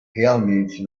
realmente